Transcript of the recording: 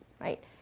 right